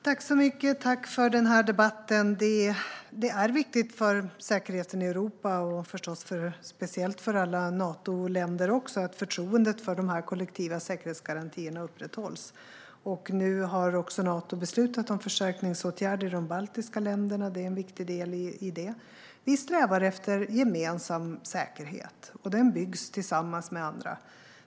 Herr talman! Tack för debatten! Det är viktigt för säkerheten i Europa och speciellt för alla Natoländer att förtroendet för de kollektiva säkerhetsgarantierna upprätthålls. Nu har Nato beslutat om förstärkningsåtgärder i de baltiska länderna. Det är en viktig del i detta. Vi strävar efter gemensam säkerhet, och den byggs tillsammans med andra.